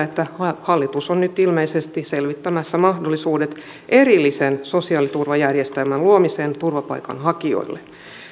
että hallitus on nyt ilmeisesti nopeasti selvittämässä mahdollisuudet erillisen sosiaaliturvajärjestelmän luomiseen turvapaikanhakijoille